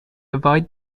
avoid